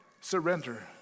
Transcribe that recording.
surrender